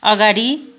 अगाडि